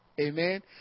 Amen